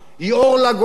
היא אור לגויים,